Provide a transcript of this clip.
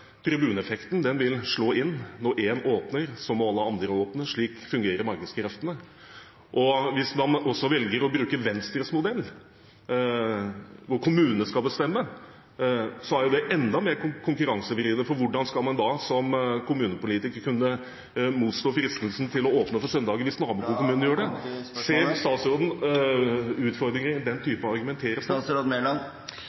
vil slå inn – når én åpner, må alle andre åpne. Slik fungerer markedskreftene. Og hvis man også velger å bruke Venstres modell, hvor kommunene skal bestemme, er det enda mer konkurransevridende, for hvordan skal man da som kommunepolitiker kunne motstå fristelsen til å åpne på søndager hvis nabokommunene gjør det? Ser statsråden utfordringer i den